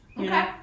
Okay